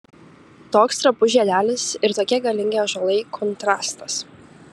toks trapus žiedelis ir tokie galingi ąžuolai kontrastas